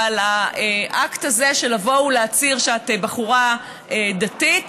אבל האקט הזה, לבוא ולהצהיר שאת בחורה דתית,